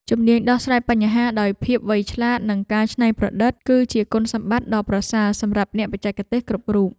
ជំនាញដោះស្រាយបញ្ហាដោយភាពវៃឆ្លាតនិងការច្នៃប្រឌិត គឺជាគុណសម្បត្តិដ៏ប្រសើរសម្រាប់អ្នកបច្ចេកទេសគ្រប់រូប។